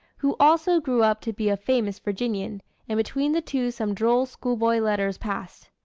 who also grew up to be a famous virginian and between the two some droll schoolboy letters passed.